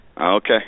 Okay